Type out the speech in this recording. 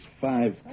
five